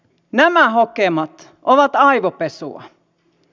nämä hokemat ovat aivopesua